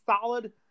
solid